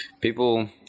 People